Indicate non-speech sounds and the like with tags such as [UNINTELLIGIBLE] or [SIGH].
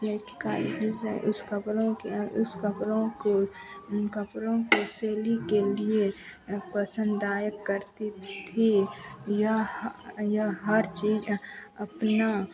[UNINTELLIGIBLE] का [UNINTELLIGIBLE] उस कपड़ों के उस कपड़ों को कपड़ों की शैली के लिए पसंदायक करती थी थी यह यह हर चीज़ अपना